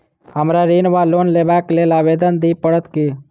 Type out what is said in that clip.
हमरा ऋण वा लोन लेबाक लेल आवेदन दिय पड़त की?